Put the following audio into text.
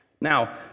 Now